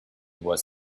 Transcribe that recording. was